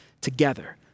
together